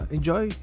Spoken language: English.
Enjoy